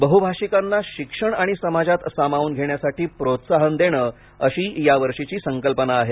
बहुभाषिकांना शिक्षण आणि समाजात सामावून घेण्यासाठी प्रोत्साहन देणे अशी यावर्षीची संकल्पना आहे